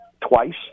twice